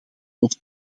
ons